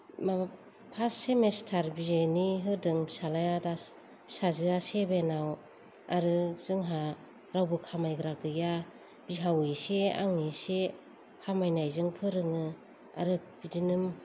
माबा first semester बि एनि होदों फिसालाया दासो फिसाजोआ सेभेनाव आरो जोंहा रावबो खामायग्रा गैया बिहाव इसे आं इसे खामायनायजों फोरोङो आरो बिदिनो